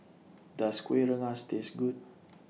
Does Kuih Rengas Taste Good